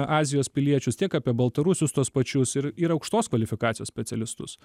azijos piliečius tiek apie baltarusius tuos pačius ir ir aukštos kvalifikacijos specialistus